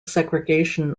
segregation